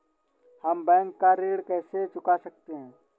हम बैंक का ऋण कैसे चुका सकते हैं?